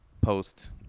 post